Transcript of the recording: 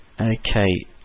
Okay